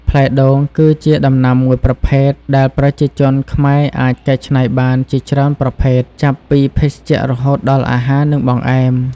ផ្លែដូងគឺជាដំណាំមួយប្រភេទដែលប្រជាជនខ្មែរអាចកែច្នៃបានជាច្រើនប្រភេទ ចាប់ពីភេសជ្ជៈរហូតដល់អាហារ និងបង្អែម។